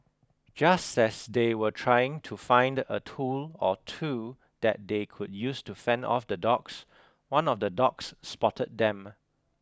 just as they were trying to find a tool or two that they could use to fend off the dogs one of the dogs spotted them